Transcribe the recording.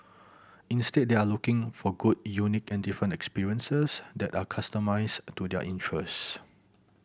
instead they are looking for good unique and different experiences that are customised to their interests